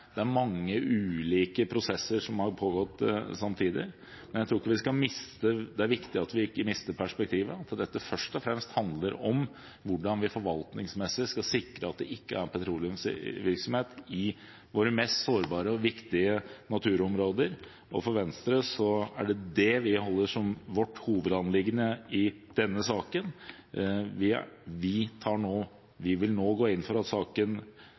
Det er mange ulike prosesser som har pågått samtidig, men det er viktig at vi ikke mister perspektivet. Dette handler først om fremst om hvordan vi forvaltningsmessig skal sikre at det ikke er petroleumsvirksomhet i våre mest sårbare og viktige naturområder. For Venstre er det det vi holder som vårt hovedanliggende i denne saken. Vi vil nå gå inn for at saken